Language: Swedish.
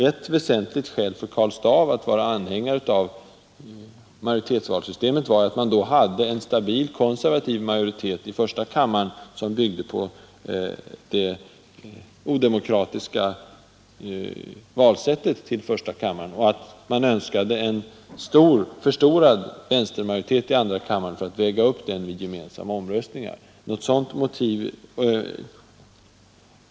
Ett väsentligt skäl för Karl Staaff att vara anhängare av majoritetsvalsystemet var ju, att man då hade en stabil konservativ majoritet i första kammaren som byggde på det odemokratiska valsättet till första kammaren och att man öns förstorad vänstermajoritet i andra kammaren för att väga upp förstakammarmajoriteten vid gemensamma omröstningar.